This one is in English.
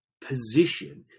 position